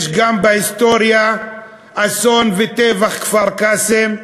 יש בהיסטוריה גם אסון וטבח כפר-קאסם,